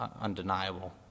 undeniable